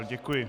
Děkuji.